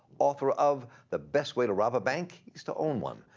author of the best way to rob a bank is to own one,